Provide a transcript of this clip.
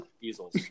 easels